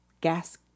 gas